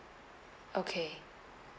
okay